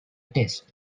test